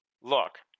Look